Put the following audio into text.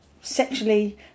sexually